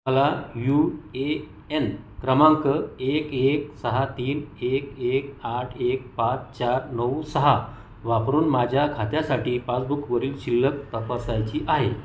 मला U A N क्रमांक एक एक सहा तीन एक एक आठ एक पाच चार नऊ सहा वापरून माझ्या खात्यासाठी पासबुकवरील शिल्लक तपासायची आहे